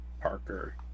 Parker